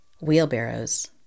Wheelbarrows